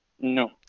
No